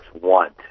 want